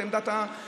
את עמדת הממשלה,